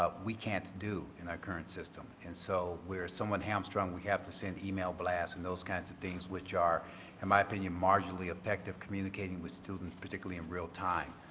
ah we can't do in our current system and so we're somewhat hamstrung we have to send email blasts and those kinds of things which are in my opinion marginally effective communicating with students particularly in real time.